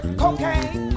cocaine